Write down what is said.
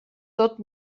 tot